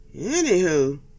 Anywho